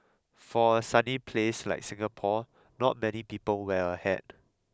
for a sunny place like Singapore not many people wear a hat